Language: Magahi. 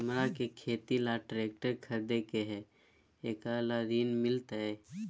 हमरा के खेती ला ट्रैक्टर खरीदे के हई, एकरा ला ऋण मिलतई?